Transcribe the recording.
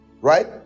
right